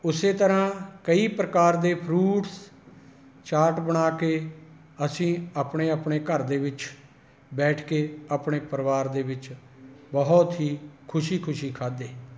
ਉਸੇ ਤਰ੍ਹਾਂ ਕਈ ਪ੍ਰਕਾਰ ਦੇ ਫ਼ਰੂਟਸ ਚਾਟ ਬਣਾ ਕੇ ਅਸੀਂ ਆਪਣੇ ਆਪਣੇ ਘਰ ਦੇ ਵਿੱਚ ਬੈਠ ਕੇ ਆਪਣੇ ਆਪਣੇ ਪਰਿਵਾਰ ਦੇ ਵਿੱਚ ਬਹੁਤ ਹੀ ਖੁਸ਼ੀ ਖੁਸ਼ੀ ਖਾਧੇ